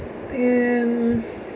oh ya ya ya mm